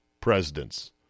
presidents